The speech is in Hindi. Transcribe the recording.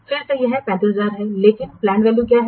फिर से यह 35000 है लेकिन प्लैंड वैल्यू क्या है